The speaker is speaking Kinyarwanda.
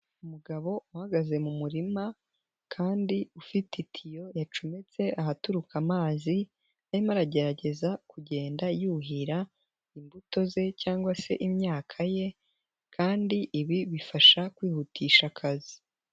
Umugabo uhagaze mu murima kandi ufite itiyo yacometse ahaturuka amazi arimo aragerageza kugenda yuhira imbuto ze cyangwa se imyaka ye, kandi ibi bifasha kwihutisha akazi.